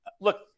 look